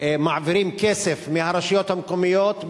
מעבירים כסף מהרשויות המקומיות,